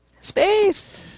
Space